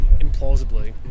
implausibly